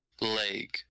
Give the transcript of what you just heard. leg